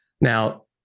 Now